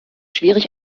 schwierig